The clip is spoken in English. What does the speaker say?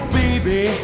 baby